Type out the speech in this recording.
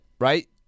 right